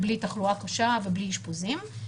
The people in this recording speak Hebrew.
בלי תחלואה קשה ובלי אשפוזים,